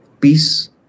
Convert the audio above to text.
peace